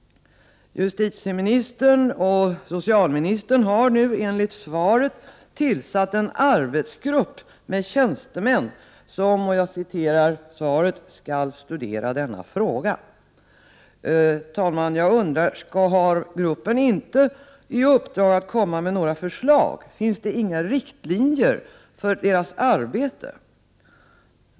Justitieministern och socialministern har enligt svaret tillsatt en arbetsgrupp med tjänstemän som ”skall studera denna fråga”. Jag undrar, herr talman, om inte gruppen skall ha i uppdrag att komma med några förslag. Finns det inga riktlinjer för gruppens arbete?